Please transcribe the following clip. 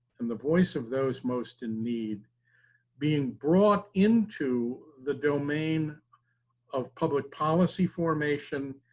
and the voice of those most in need being brought into the domain of public policy formation,